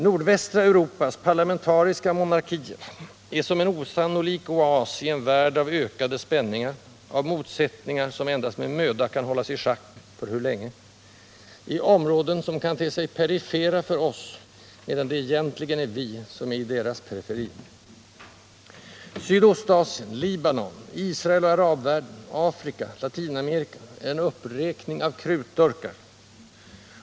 Nordvästra Europas parlamentariska monarkier är som en osannolik oas i en värld av ökande spänningar, av motsättningar som endast med möda kan hållas i schack — för hur länge? — i områden som kan te sig perifera för oss, medan det egentligen är vi som är i deras periferi. Sydostasien, Libanon, Israel och arabvärlden, Afrika, Latinamerika — en uppräkning av krutdurkar.